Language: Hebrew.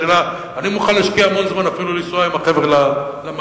אני מוכן להשקיע המון זמן אפילו לנסוע עם החבר'ה למשא-ומתן.